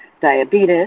diabetes